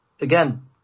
again